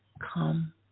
come